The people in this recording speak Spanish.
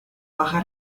baja